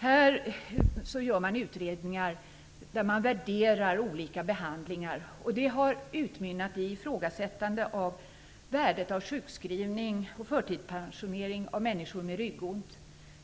Här gör man utredningar där man värderar olika behandlingar, och det har utmynnat i ett ifrågasättande av värdet med sjukskrivning och förtidspensionering av människor med ryggont.